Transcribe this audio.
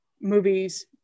movies